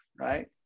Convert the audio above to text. Right